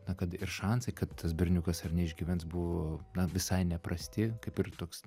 na kad ir šansai kad tas berniukas ar ne išgyvens buvo na visai neprasti kaip ir toks